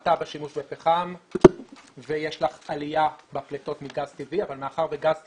הפחתה בשימוש בפחם ויש לך עלייה בפליטות מגז טבעי אבל מאחר וגז טבעי,